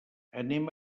anem